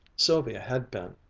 sylvia had been,